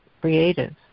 creative